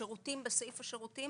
בסעיף השירותים